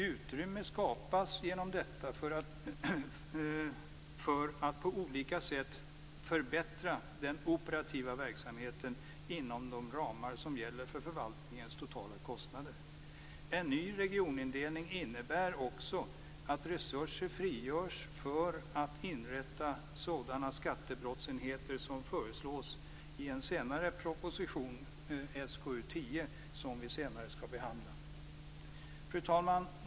Genom detta skapas utrymme för att på olika sätt förbättra den operativa verksamheten inom de ramar som gäller för förvaltningens totala kostnader. En ny regionindelning innebär också att resurser frigörs för att inrätta sådana skattebrottsenheter som föreslås i proposition 10, som vi skall behandla senare. Fru talman!